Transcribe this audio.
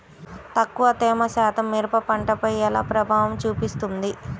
తక్కువ తేమ శాతం మిరప పంటపై ఎలా ప్రభావం చూపిస్తుంది?